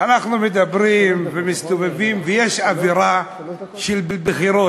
אנחנו מדברים ומסתובבים ויש אווירה של בחירות,